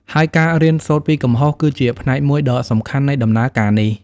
ហើយការ រៀនសូត្រពីកំហុស គឺជាផ្នែកមួយដ៏សំខាន់នៃដំណើរការនេះ។